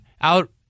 out